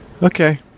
Okay